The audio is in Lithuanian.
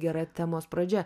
gera temos pradžia